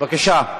בבקשה.